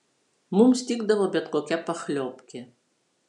mums tikdavo bet kokia pachliobkė